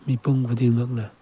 ꯃꯤꯄꯨꯝ ꯈꯨꯗꯤꯡꯃꯛꯅ